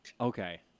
Okay